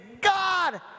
God